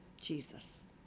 Jesus